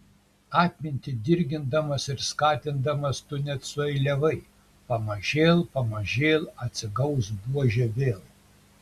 atmintį dirgindamas ir skatindamas tu net sueiliavai pamažėl pamažėl atsigaus buožė vėl